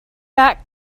back